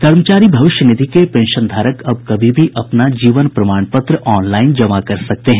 कर्मचारी भविष्य निधि के पेंशनधारक अब कभी भी अपना जीवन प्रमाण पत्र ऑनलाईन जमा कर सकते हैं